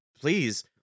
please